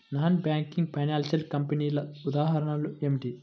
Non banking financial కంపెనీల ఉదాహరణలు ఏమిటి?